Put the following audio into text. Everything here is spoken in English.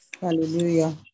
hallelujah